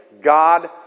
God